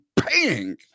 paying